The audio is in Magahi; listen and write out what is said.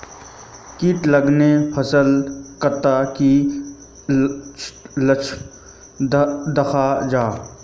किट लगाले फसल डात की की लक्षण दखा जहा?